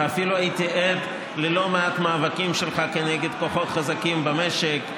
ואפילו הייתי עד ללא מעט מאבקים שלך כנגד כוחות חזקים במשק,